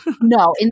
No